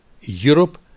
Europe